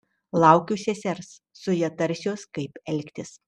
laukiu sesers su ja tarsiuos kaip elgtis